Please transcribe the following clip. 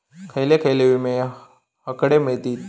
खयले खयले विमे हकडे मिळतीत?